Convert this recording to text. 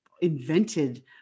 invented